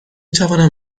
توانم